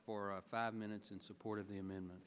for five minutes in support of the amendment